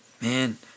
Man